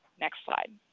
next slide.